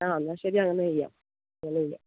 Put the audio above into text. ആ എന്നാല് ശരി അങ്ങനെയ്യാം അങ്ങനെയ്യാം